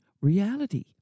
reality